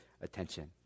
attention